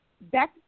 back